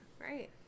right